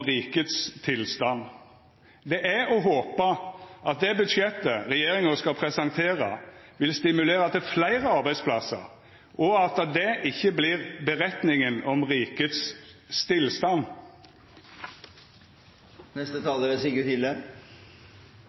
rikets tilstand». Det er å håpa at det budsjettet regjeringa skal presentera, vil stimulera til fleire arbeidsplassar, og at det ikkje vert «beretningen om rikets stillstand». Trontalen ble godt mottatt. Når man i ettertid leser den, er